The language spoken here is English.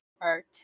art